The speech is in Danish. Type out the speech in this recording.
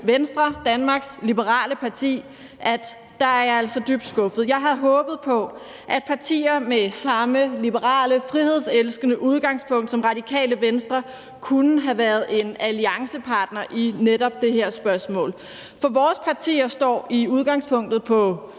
Venstre, Danmarks Liberale Parti, at der er jeg altså skuffet. Jeg havde håbet på, at et parti med samme liberale frihedselskende udgangspunkt som Radikale Venstre kunne have været en alliancepartner i netop det her spørgsmål, for vores partier står i udgangspunktet på